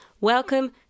welcome